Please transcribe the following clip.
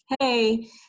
hey